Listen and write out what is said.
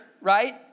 right